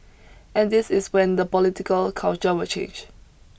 and this is when the political culture will change